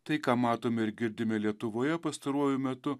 tai ką matome ir girdime lietuvoje pastaruoju metu